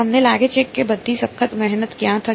તમને લાગે છે કે બધી સખત મહેનત ક્યાં થશે